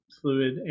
fluid